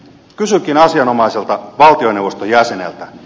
kysynkin asianomaiselta valtioneuvoston jäseneltä